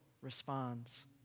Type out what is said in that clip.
responds